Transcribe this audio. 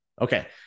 Okay